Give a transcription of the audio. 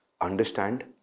understand